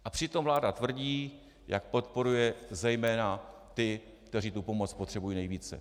A přitom vláda tvrdí, jak podporuje zejména ty, kteří tu pomoc potřebují nejvíce.